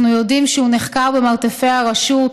אנחנו יודעים שהוא נחקר במרתפי הרשות.